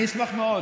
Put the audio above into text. אני אשמח מאוד